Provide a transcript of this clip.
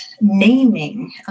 naming